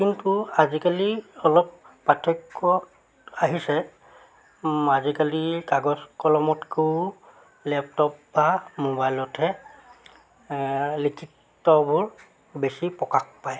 কিন্তু আজিকালি অলপ পাৰ্থক্য আহিছে আজিকালি কাগজ কলমতকৈও লেপটপ বা মোবাইলতহে লিখিত্ববোৰ বেছি প্ৰকাশ পায়